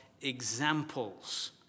examples